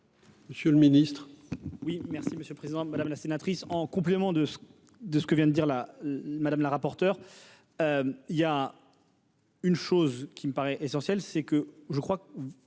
Monsieur le ministre,